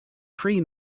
pre